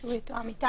שהיא תתואם אתנו.